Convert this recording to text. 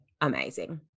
amazing